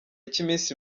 cy’iminsi